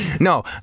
No